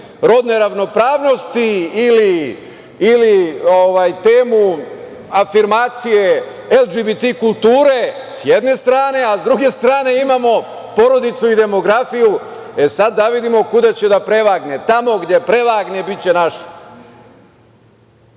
rodne ravnopravnosti ili temu afirmacije LGBT kulture, s jedne strane, a sa druge strane imamo porodicu i demografiju, sada da vidimo kuda će da prevagne. Tamo gde prevagne biće naš